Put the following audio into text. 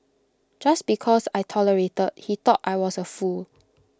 just because I tolerated he thought I was A fool